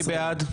מי בעד?